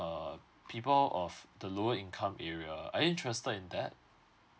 uh people of the lower income area are you interested in that